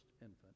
infant